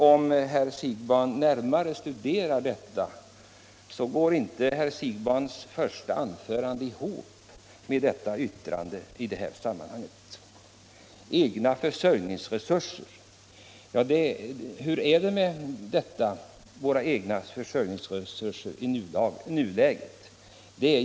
Om herr Siegbahn närmare studerar detta uttalande skall han finna att det inte går ihop med hans anförande. Hur är det med ”våra egna försörjningsresurser” i nuläget?